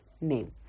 name